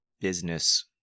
business